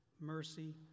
mercy